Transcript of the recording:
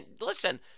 listen